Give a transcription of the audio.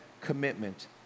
commitment